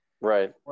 Right